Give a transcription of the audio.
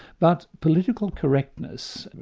but political correctness,